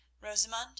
Rosamund